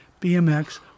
BMX